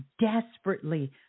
desperately